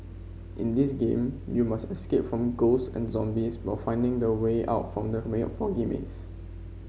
in this game you must escape from ghost and zombies while finding the way of from the foggy maze